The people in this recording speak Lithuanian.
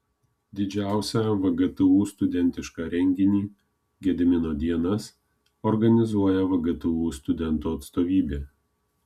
didžiausią vgtu studentišką renginį gedimino dienas organizuoja vgtu studentų atstovybė